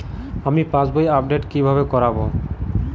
আমি পাসবই আপডেট কিভাবে করাব?